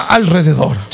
alrededor